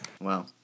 Wow